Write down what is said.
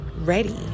Ready